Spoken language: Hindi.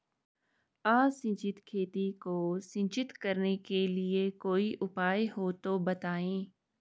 असिंचित खेती को सिंचित करने के लिए कोई उपाय हो तो बताएं?